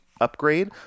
upgrade